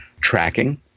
Tracking